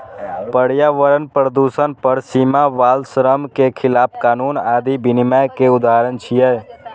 पर्यावरण प्रदूषण पर सीमा, बाल श्रम के खिलाफ कानून आदि विनियम के उदाहरण छियै